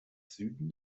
süden